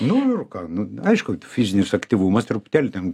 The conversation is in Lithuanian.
nu ir ką nu aišku fizinis aktyvumas truputėlį ten